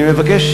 אני מבקש,